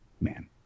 man